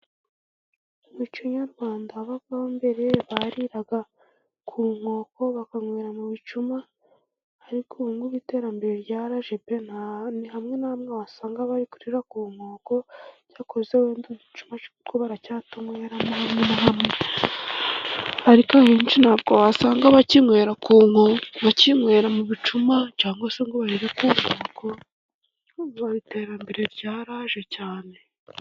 Muco nyarwanda wabagaho mbere bariga ku nkoko, kanywera mu bicuma, ariko ubu iterambere rya raje pe ni hamwe na hamwe wasanga bari kurira ku nkoko, cyakoze wenda uducuma two baracyatunyweramo, hamwe na hamwe, ariko abenshi ntabwo wasanga bakinywera ku mu bicuma cyangwa se ngo barire ku nkoko umva iterambere ryaraje cyane.